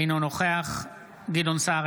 אינו נוכח גדעון סער,